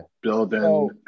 building